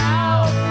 out